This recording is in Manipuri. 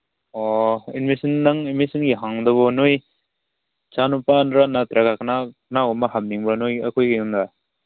ꯑꯣ ꯏꯪꯂꯤꯁ ꯅꯪ ꯏꯪꯂꯤꯁ ꯃꯤ ꯍꯥꯡꯕꯗꯨꯕꯨ ꯅꯣꯏ ꯏꯆꯥꯅꯨꯄꯥꯗ꯭ꯔꯥ ꯅꯠꯇ꯭ꯔꯒ ꯀꯅꯥ ꯀꯅꯥꯒꯨꯝꯕ ꯍꯥꯞꯅꯤꯡꯕ ꯅꯣꯏ ꯑꯩꯈꯣꯏꯒꯤ ꯌꯨꯝꯗ